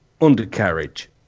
undercarriage